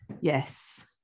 Yes